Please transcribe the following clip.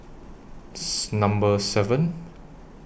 Number seven